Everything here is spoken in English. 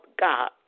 God